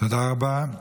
תודה רבה.